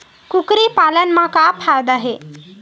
कुकरी पालन म का फ़ायदा हे?